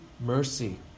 Mercy